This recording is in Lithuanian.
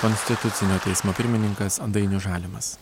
konstitucinio teismo pirmininkas dainius žalimas